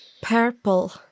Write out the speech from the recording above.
purple